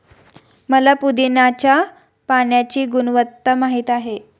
मला पुदीन्याच्या पाण्याची गुणवत्ता माहित आहे